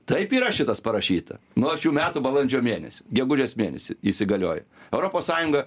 taip yra šitas parašyta nuo šių metų balandžio mėnesio gegužės mėnesį įsigaliojo europos sąjunga